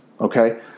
okay